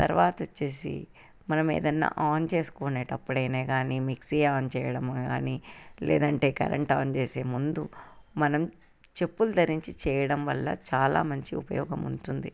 తరువాత వచ్చేసి మనము ఏదైనా ఆన్ చేసుకునేటప్పుడే కానీ మిక్సీ ఆన్ చేయడం కానీ లేదంటే కరెంట్ ఆన్ చేసే ముందు మనం చెప్పులు ధరించి చేయడం వల్ల చాలా మంచి ఉపయోగం ఉంటుంది